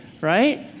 right